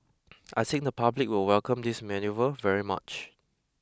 I think the public will welcome this manoeuvre very much